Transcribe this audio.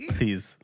Please